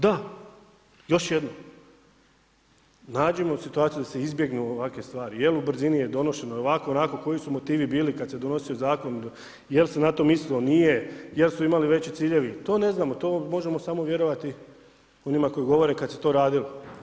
Da, još jednom, nađimo situaciju da se izbjegnu ovakve stvari jer u brzini je donošeno ovako, onako, koji su motivi bili kad se donosio zakon, jel se na to mislilo, nije, jesu imali veći ciljevi, nije, to možemo samo vjerovati onima koji govore kad se to radilo.